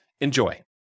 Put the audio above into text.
Enjoy